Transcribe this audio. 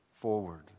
forward